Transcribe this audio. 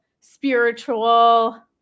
spiritual